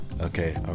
Okay